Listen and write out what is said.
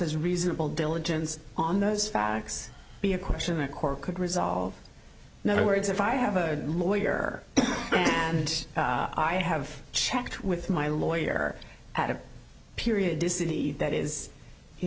as reasonable diligence on those facts be a question a court could resolve never words if i have a lawyer and i have checked with my lawyer at a period to see that is you